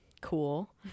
cool